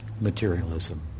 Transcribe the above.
materialism